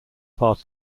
part